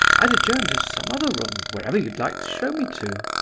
i'd adjourn to some other room, wherever you like to show me to.